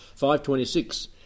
5.26